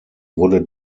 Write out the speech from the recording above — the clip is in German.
wurde